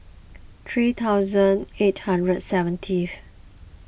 three thousand eight hundred seventeenth